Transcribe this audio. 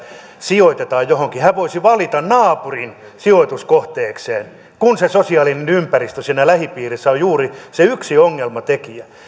sijoitetaan johonkin voisi valita naapurin sijoituskohteekseen kun se sosiaalinen ympäristö siinä lähipiirissä on juuri se yksi ongelmatekijä